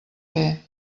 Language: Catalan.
fer